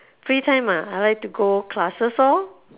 free time ah I like to go classes lor